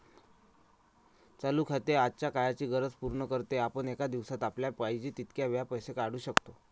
चालू खाते आजच्या काळाची गरज पूर्ण करते, आपण एका दिवसात आपल्याला पाहिजे तितक्या वेळा पैसे काढू शकतो